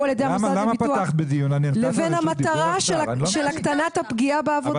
על ידי המוסד לביטוח לאומי לבין המטרה של הקטנת הפגיעה בעבודה".